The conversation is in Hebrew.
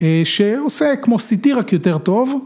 שעושה כמו סיטי רק יותר טוב.